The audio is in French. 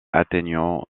atteignant